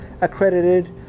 accredited